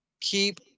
keep